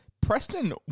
Preston